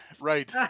Right